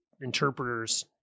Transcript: interpreters